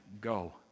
go